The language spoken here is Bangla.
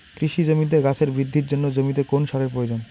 কৃষি জমিতে গাছের বৃদ্ধির জন্য জমিতে কোন সারের প্রয়োজন?